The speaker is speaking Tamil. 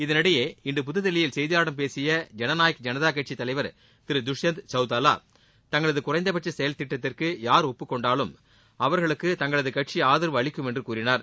இதனிடையே இன்று புதுதில்லியில் செய்தியாளர்களிடம் பேசிய ஜனநாயக் ஜனதா கட்சியின் தலைவர் திரு துஷ்யந்த் சௌதாலா தங்களது குறைந்தபட்ச செயல் திட்டத்திற்கு யார் ஒப்புக்கொண்டாலும் அவர்களுக்கு தங்களது கட்சி ஆதரவு அளிக்கும் என்று கூறினார்